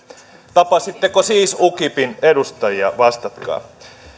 tapasitteko siis ukipin edustajia vastatkaa